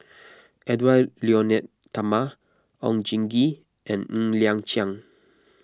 Edwy Lyonet Talma Oon Jin Gee and Ng Liang Chiang